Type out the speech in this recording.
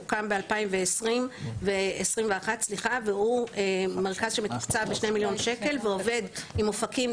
הוקם ב-2021 והוא מרכז שמתוקצב ב-2 מיליון שקלים ועובד עם אופקים,